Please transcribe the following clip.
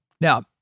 Now